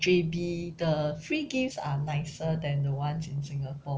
J_B the free gifts are nicer than the ones in singapore